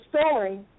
story